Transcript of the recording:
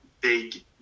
big